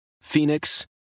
Phoenix